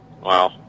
Wow